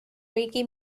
reggae